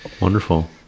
wonderful